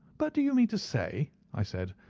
but do you mean to say, i said,